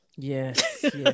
Yes